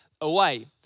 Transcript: away